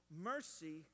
Mercy